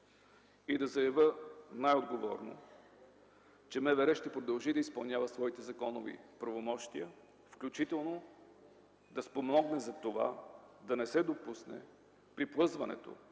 ще заявя, че МВР ще продължи да изпълнява своите законови правомощия, включително да спомогне да не се допусне приплъзването